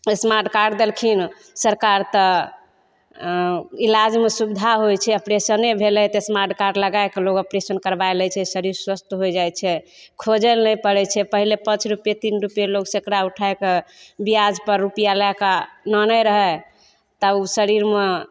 से smart card देलखिन सरकार तऽ इलाजमे सुविधा होइ छै ऑपरेशने भेलय तऽ स्मार्ट कार्ड लगाइके लोग ऑपरेशन करबाइ लै छै शरीर स्वस्थ हो जाइ छै खोजय लए नहि पड़य छै पहिले पाँच रुपैये तीन रुपैये लोग सैकड़ा उठाकऽ ब्याजपर रुपैआ लए कऽ लानय रहय तब उ शरीरमे